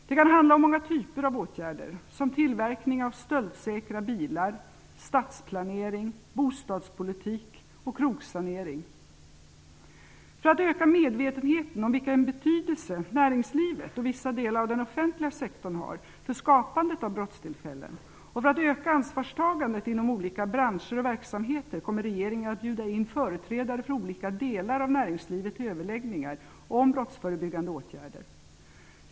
Det kan handla om många typer av åtgärder, t.ex. tillverkning av stöldsäkra bilar, stadsplanering, bostadspolitik och krogsanering. För att öka medvetenheten om vilken betydelse näringslivet och vissa delar av den offentliga sektorn har för skapandet av brottstillfällen och för att öka ansvarstagandet inom olika branscher och verksamheter kommer regeringen att bjuda in företrädare för olika delar av näringslivet till överläggningar om brottsförebyggande åtgärder.